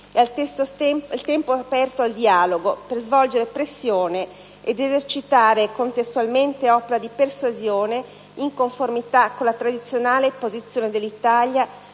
tempo, aperto al dialogo per svolgere pressione ed esercitare contestualmente opera di persuasione, in conformità con la tradizionale posizione dell'Italia